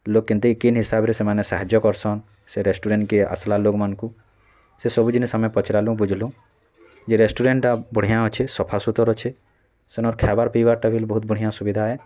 ଲୋକ୍ କେନ୍ତି କେନ୍ ହିସାବରେ ସେମାନେ ସାହାଯ୍ୟ କରସନ୍ ସେ ରେଷ୍ଟୁରାଣ୍ଟ୍କେ ଆସ୍ଲା ଲୋକ୍ମାନଙ୍କୁ ସେ ସବୁ ଜିନିଷ୍ ଆମେ ପଚରାଲୁଁ ବୁଝଲୁଁ ଯେ ରେଷ୍ଟୁରାଣ୍ଟ୍ଟା ବଢ଼ିଆ ଅଛେ ସଫାସୁତର୍ ଅଛେ ସେନର୍ ଖାଇବାର୍ ପିଇବାର୍ଟା ଭିଲ୍ ବହୁତ୍ ବଢ଼ିଁଆ ସୁବିଧା ଏ